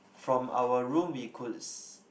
from our room we could